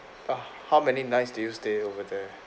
ah how many nights did you stay over there